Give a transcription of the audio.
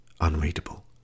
unreadable